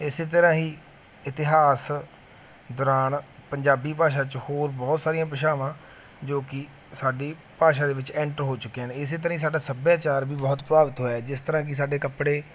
ਇਸੇ ਤਰ੍ਹਾਂ ਹੀ ਇਤਿਹਾਸ ਦੌਰਾਨ ਪੰਜਾਬੀ ਭਾਸ਼ਾ 'ਚ ਹੋਰ ਬਹੁਤ ਸਾਰੀਆਂ ਭਾਸ਼ਾਵਾਂ ਜੋ ਕਿ ਸਾਡੀ ਭਾਸ਼ਾ ਦੇ ਵਿੱਚ ਐਂਟਰ ਹੋ ਚੁੱਕੀਆਂ ਨੇ ਇਸੇ ਤਰ੍ਹਾਂ ਹੀ ਸਾਡਾ ਸੱਭਿਆਚਾਰ ਵੀ ਬਹੁਤ ਪ੍ਰਭਾਵਿਤ ਹੋਇਆ ਜਿਸ ਤਰ੍ਹਾਂ ਕਿ ਸਾਡੇ ਕੱਪੜੇ